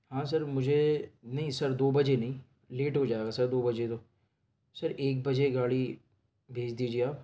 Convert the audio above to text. ہاں سر مجھے نہیں سر دو بجے نہیں لیٹ ہو جائے گا سر دو بجے تو سر ایک بجے گاڑی بھیج دیجئے آپ